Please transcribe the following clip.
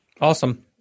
Awesome